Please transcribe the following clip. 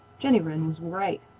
jenny wren was right.